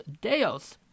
Deos